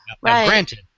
granted